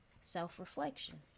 self-reflection